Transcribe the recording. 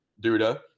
Duda